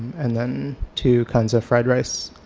and then two kinds of fried rice,